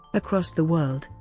across the world,